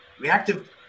Reactive